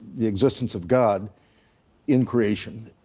the existence of god in creation.